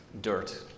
dirt